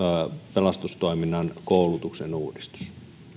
pelastustoiminnan koulutuksen uudistus